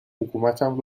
حکومتم